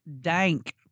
dank